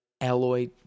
alloy